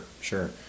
sure